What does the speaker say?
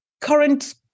current